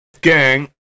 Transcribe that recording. Gang